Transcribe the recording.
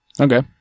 Okay